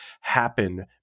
happen-